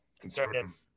Conservative